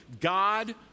God